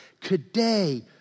today